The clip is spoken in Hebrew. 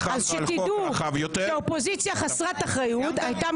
אז שתדעו שאופוזיציה חסרת אחריות הייתה